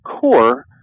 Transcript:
core